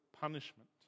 punishment